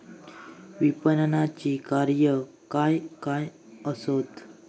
विपणनाची कार्या काय काय आसत?